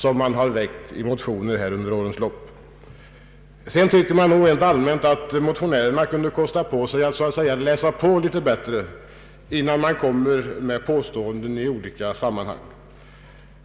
Rent allmänt tycker jag att motionärerna kunde kosta på sig att så att säga läsa på litet bättre innan de kommer med påståenden i olika sammanhang.